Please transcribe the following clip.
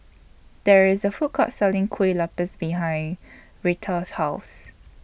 There IS A Food Court Selling Kueh Lapis behind Retha's House